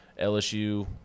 LSU